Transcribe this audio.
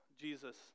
Jesus